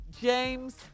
James